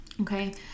okay